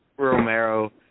Romero